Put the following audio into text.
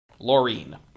Laureen